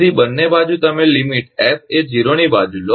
તેથી બંને બાજુ તમે લીમીટ S એ 0 ની બાજુ લો